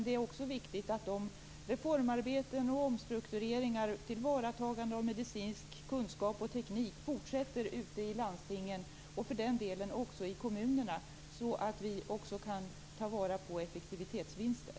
Det är också viktigt att reformarbete, omstruktureringar och tillvaratagande av medicinsk kunskap och teknik fortsätter ute i landstingen och för den delen också i kommunerna, så att vi också kan ta vara på effektivitetsvinster.